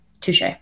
touche